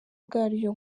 bwaryo